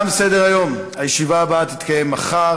על ההתרחקות של יהדות ארצות-הברית מהדת,